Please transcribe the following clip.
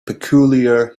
peculiar